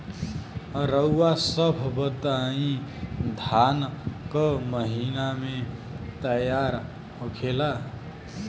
रउआ सभ बताई धान क महीना में तैयार होखेला?